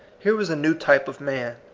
here was a new type of man,